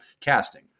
casting